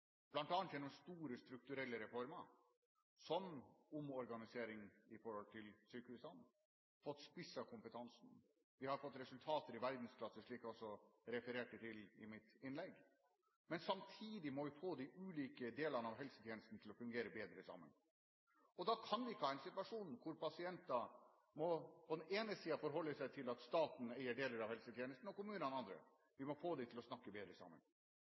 gjennom store strukturelle reformer, som omorganiseringen av sykehusene – fått spisset kompetansen. Vi har fått resultater i verdensklasse, slik jeg også refererte til i mitt innlegg. Men samtidig må vi få de ulike delene av helsetjenesten til å fungere bedre sammen. Da kan vi ikke ha en situasjon hvor pasienter på den ene siden må forholde seg til at staten eier deler av helsetjenesten, og kommunene andre. Vi må få dem til å snakke bedre sammen.